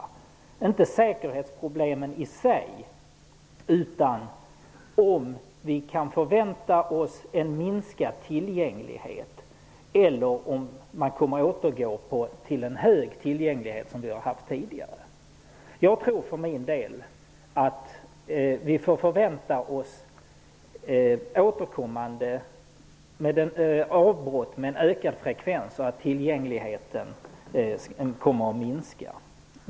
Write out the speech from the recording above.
Det gäller inte säkerhetsproblemen i sig utan huruvida vi kan förvänta oss en minskad tillgänglighet eller om man kommer att återgå till den höga tillgänglighet som man har haft tidigare. Jag tror för min del att vi får förvänta oss en ökad frekvens av avbrott, varigenom tillgängligheten kommer att minska.